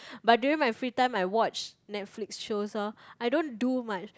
but during my free time I watch Netflix shows loh I don't do much